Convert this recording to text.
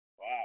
Wow